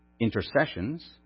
intercessions